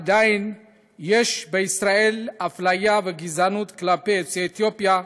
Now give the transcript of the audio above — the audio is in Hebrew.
עדיין יש בישראל אפליה וגזענות כלפי יוצאי אתיופיה,